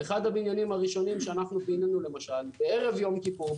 אחד הבניינים הראשונים שאנחנו פינינו למשל היה בערב יום כיפור,